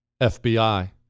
FBI